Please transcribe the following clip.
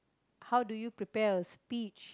how do you prepare your speech